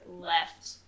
left